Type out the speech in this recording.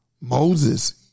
Moses